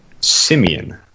Simeon